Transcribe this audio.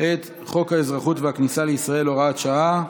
את חוק האזרחות והכניסה לישראל (הוראת שעה),